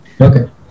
Okay